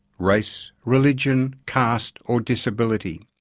race, religion, caste or disability.